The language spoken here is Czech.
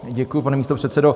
Děkuji, pane místopředsedo.